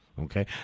okay